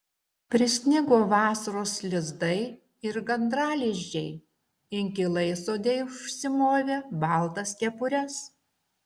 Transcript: prisnigo vasaros lizdai ir gandralizdžiai inkilai sode užsimovė baltas kepures